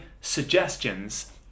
suggestions